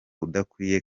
udakwiye